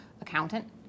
accountant